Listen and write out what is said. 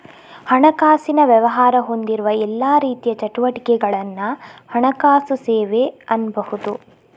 ಹಣಕಾಸಿನ ವ್ಯವಹಾರ ಹೊಂದಿರುವ ಎಲ್ಲಾ ರೀತಿಯ ಚಟುವಟಿಕೆಗಳನ್ನ ಹಣಕಾಸು ಸೇವೆ ಅನ್ಬಹುದು